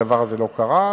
הדבר הזה לא קרה.